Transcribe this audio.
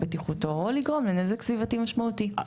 בטיחותו או לגרום לנזק סביבתי משמעותי״.